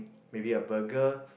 maybe a burger